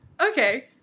Okay